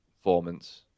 performance